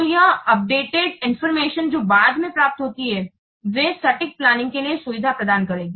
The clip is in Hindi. तो यह अपडेटेड जानकारी जो बाद में प्राप्त होती है वे सटीक प्लानिंग के लिए सुविधा प्रदान करेगी